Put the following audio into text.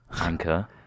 anchor